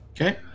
Okay